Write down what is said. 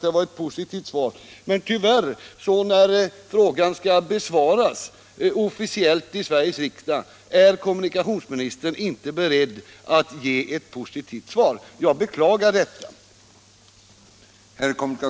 Det var ett positivt svar, men när frågan skall besvaras officiellt i Sveriges riksdag är kommunikationsministern tyvärr inte beredd att ge ett positivt svar. Jag beklagar detta.